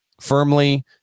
firmly